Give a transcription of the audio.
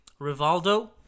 Rivaldo